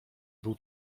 był